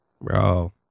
bro